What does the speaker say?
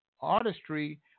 artistry